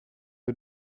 wir